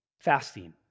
fasting